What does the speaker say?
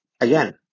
Again